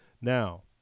Now